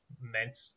meant